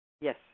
Yes